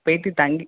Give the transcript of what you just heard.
போயிட்டு தங்கி